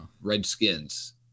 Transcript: Redskins